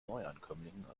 neuankömmlingen